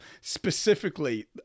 specifically